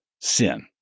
sin